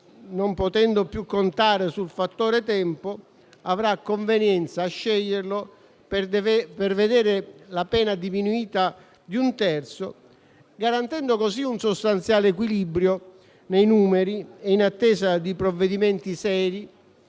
non potendo più contare sul fattore tempo, avrà convenienza a sceglierlo per vedere la pena diminuita di un terzo, garantendo così un sostanziale equilibrio nei numeri, in attesa di provvedimenti seri,